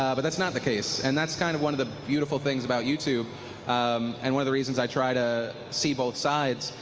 um but that's not the case. and that's kind of one of the beautiful things about u tube um and one of the reasons i try to see both sides.